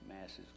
masses